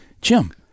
Jim